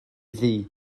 ddu